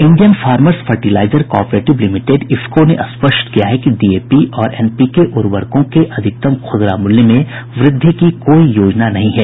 Indian Farmers Fertiliser Cooperative Limited IFFCO ने स्पष्ट किया कि डीएपी और एनपीके उर्वरकों के अधिकतम खुदरा मूल्य में वृद्धि की कोई योजना नहीं है